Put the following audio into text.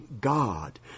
God